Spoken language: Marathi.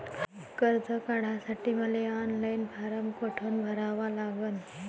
कर्ज काढासाठी मले ऑनलाईन फारम कोठून भरावा लागन?